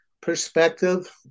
perspective